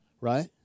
right